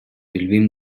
билбейм